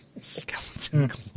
Skeleton